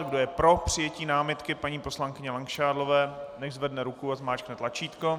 Kdo je pro přijetí námitky paní poslankyně Langšádlové, nechť zvedne ruku a zmáčkne tlačítko.